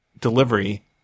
delivery